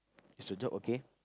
is your job okay